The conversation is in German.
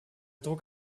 druck